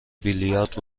بیلیارد